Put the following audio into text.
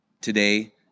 today